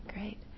great